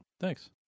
Thanks